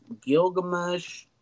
Gilgamesh